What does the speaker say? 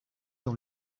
dans